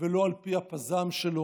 ולא על פי הפז"ם שלו.